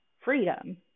freedom